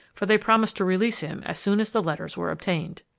for they promised to release him as soon as the letters were obtained.